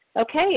Okay